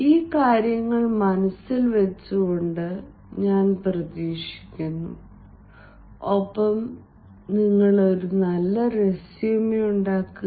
ഈ കാര്യങ്ങൾ മനസ്സിൽ വെച്ചുകൊണ്ട് ഞാൻ പ്രതീക്ഷിക്കുന്നു ഒപ്പം റെസ്യുമെ ഉണ്ടാകുക